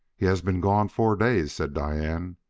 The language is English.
he has been gone four days, said diane.